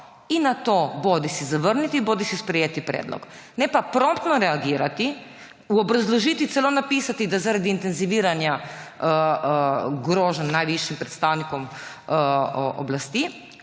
in nato bodisi zavrniti bodisi sprejeti predlog. Ne pa promptno reagirati, v obrazložitvi celo napisati, da zaradi intenziviranja groženj najvišjim predstavnikom oblasti,